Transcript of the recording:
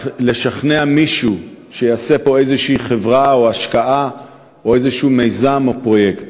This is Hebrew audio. לשכנע מישהו שיעשה פה איזושהי חברה או השקעה או איזשהו מיזם או פרויקט.